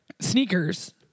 sneakers